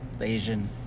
Asian